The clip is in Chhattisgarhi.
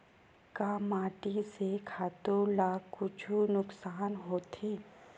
का माटी से खातु ला कुछु नुकसान होथे?